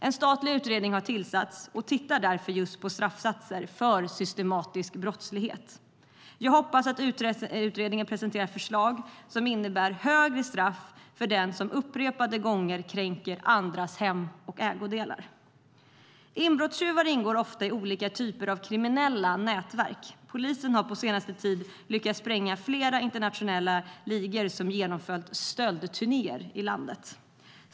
En statlig utredning har tillsatts för att titta på straffsatser för systematisk brottslighet. Jag hoppas att utredningen presenterar förslag som innebär hårdare straff för den som upprepade gånger kränker andras hem och ägodelar. Inbrottstjuvar ingår ofta i olika typer av kriminella nätverk. Polisen har på senaste tiden lyckats spränga flera internationella ligor som genomfört stöldturnéer i landet.